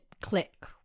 click